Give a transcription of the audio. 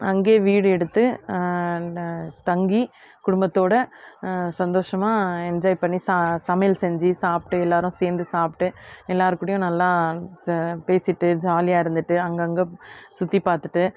அங்கேயே வீடு எடுத்து தங்கி குடும்பத்தோட சந்தோஷமாக என்ஜாய் பண்ணி சா சமையல் செஞ்சு சாப்பிட்டு எல்லாரும் சேர்ந்து சாப்பிட்டு எல்லார்க்கூடயும் நல்லா ஜ பேசிட்டு ஜாலியாக இருந்துட்டு அங்கங்கே சுற்றிப் பார்த்துட்டு